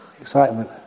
excitement